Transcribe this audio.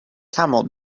camel